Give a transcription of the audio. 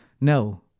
no